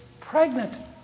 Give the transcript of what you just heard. pregnant